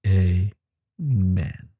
amen